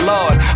Lord